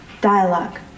dialogue